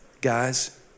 guys